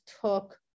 took